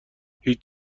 هیچ